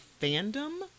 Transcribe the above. fandom